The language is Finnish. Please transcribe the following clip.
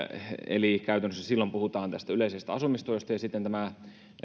eli käytännössä silloin puhutaan tästä yleisestä asumistuesta ja sitten on tämä